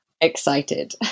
excited